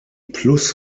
plus